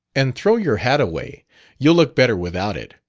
and throw your hat away you'll look better without it.